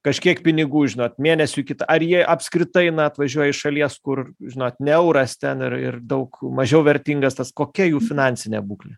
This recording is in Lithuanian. kažkiek pinigų žinot mėnesiui kitą ar jie apskritai na atvažiuoja iš šalies kur žinot ne euras ten ir ir daug mažiau vertingas tas kokia jų finansinė būklė